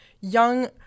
young